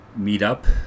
meetup